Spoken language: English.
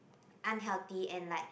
unhealthy and like